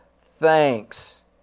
thanks